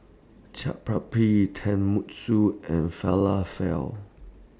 Chaat Papri Tenmusu and Falafel